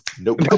Nope